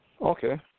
Okay